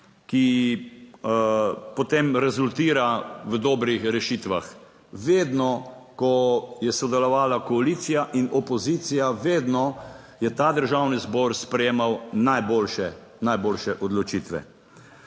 ki potem rezultira v dobrih rešitvah. Vedno, ko je sodelovala koalicija in opozicija, vedno je ta Državni zbor sprejemal najboljše, najboljše